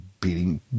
beating